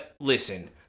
Listen